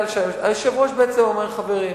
היושב-ראש בעצם אומר: חברים,